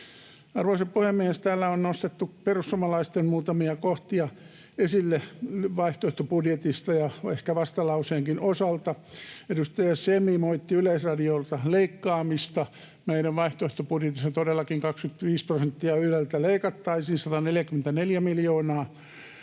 Arvoisa puhemies! Täällä on nostettu muutamia kohtia esille perussuomalaisten vaihtoehtobudjetista ja ehkä vastalauseenkin osalta. Edustaja Semi moitti Yleisradiolta leikkaamista. Meidän vaihtoehtobudjetissa todellakin Yleltä leikattaisiin 25 prosenttia,